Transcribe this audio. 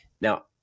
Now